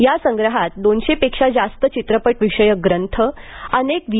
या संग्रहात दोनशेपेक्षा जास्त चित्रपटविषयक ग्रंथ अनेक व्ही